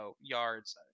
yards